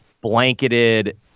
blanketed